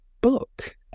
book